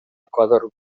ecuador